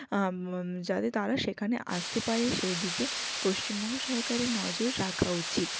যাতে তারা সেখানে আসতে পারে সেদিকে পশ্চিমবঙ্গ সরকারের নজর রাখা উচিত